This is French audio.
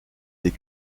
des